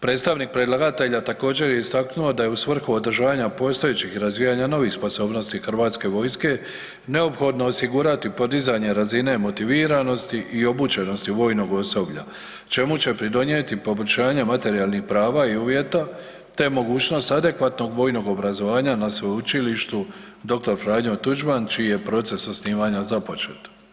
Predstavnik predlagatelja također je istaknuo da je u svrhu održavanja postojećih i razvijanja novih sposobnosti Hrvatske vojske neophodno osigurati podizanje razine motiviranosti i obučenosti vojnog osoblja čemu će pridonijeti poboljšanje materijalnih prava i uvjeta te mogućnost adekvatnog vojnog obrazovanja na Sveučilištu Dr. Franju Tuđman čiji je proces osnivanja započet.